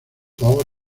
autor